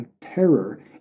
terror